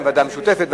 אם ועדה משותפת,